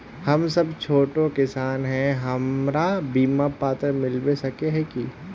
हम सब छोटो किसान है हमरा बिमा पात्र मिलबे सके है की?